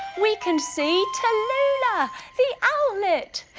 we can see tallulah! the owlet!